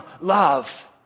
love